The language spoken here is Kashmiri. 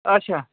اچھا